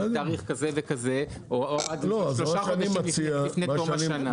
לתאריך כזה וכזה או עד שלושה חודשים לפני תום השנה.